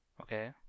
Okay